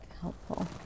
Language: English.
helpful